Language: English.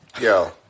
Yo